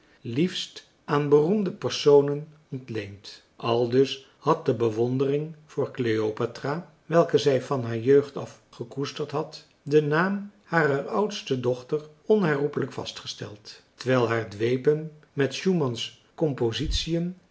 liefst aan beroemde personen ontleend aldus had de bewondering voor cleopatra welke zij van haar jeugd af gekoesterd had den naam harer oudste dochter onherroepelijk vastgesteld terwijl haar dwepen met